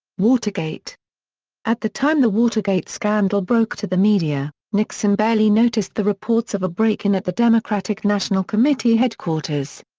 watergate at the time the watergate scandal broke to the media, nixon barely noticed the reports of a break-in at the democratic national committee headquarters.